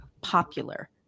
popular